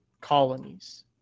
colonies